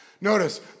Notice